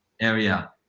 area